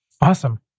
Awesome